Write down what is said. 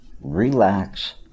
relax